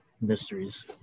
mysteries